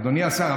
אדוני השר,